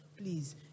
Please